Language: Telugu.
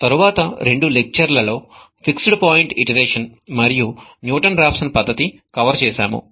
తరువాత రెండు లెక్చర్ల లో ఫిక్స్డ్ పాయింట్ ఇటిరేషన్ మరియు న్యూటన్ రాఫ్సన్ పద్ధతి కవరు చేసాము